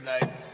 tonight